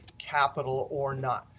capital or not.